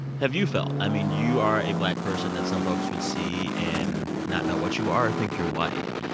have you felt? i mean, you are a black person that some folks would see and not know what you are or think you're white.